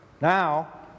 Now